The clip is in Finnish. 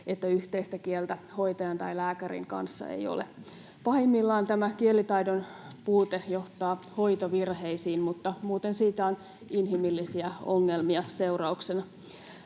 että yhteistä kieltä hoitajan tai lääkärin kanssa ei ole. Pahimmillaan tämä kielitaidon puute johtaa hoitovirheisiin, mutta muuten siitä on inhimillisiä ongelmia seurauksena.